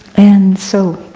and so,